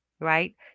right